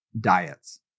diets